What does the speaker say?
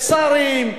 שרים,